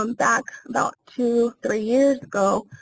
um back, about two, three years ago,